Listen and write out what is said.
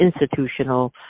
institutional